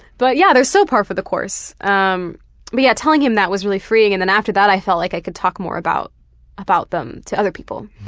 but yeah, they're so par for the course. um but yeah telling him that was really freeing and after that i felt like i could talk more about about them to other people.